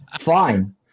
Fine